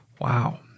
Wow